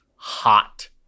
hot